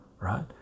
right